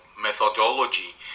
methodology